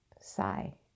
Sigh